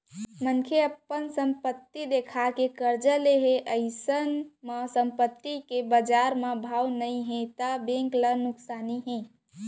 मनसे अपन संपत्ति देखा के करजा ले हे अइसन म संपत्ति के बजार म भाव नइ हे त बेंक ल नुकसानी हे